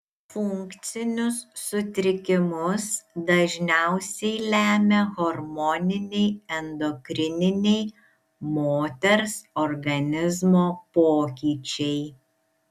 funkcinius sutrikimus dažniausiai lemia hormoniniai endokrininiai moters organizmo pokyčiai